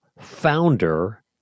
founder